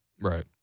Right